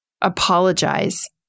apologize